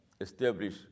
establish